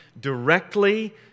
directly